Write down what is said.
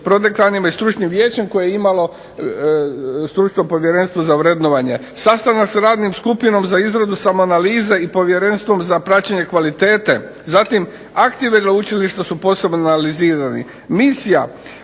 prodekanima i stručnim vijećem koje je imalo stručno Povjerenstvo za vrednovanje. Sastanak s radnom skupinom za izradu samoanalize i Povjerenstvom za praćenje kvalitete. Zatim, akti veleučilišta su posebno analizirani. Misija,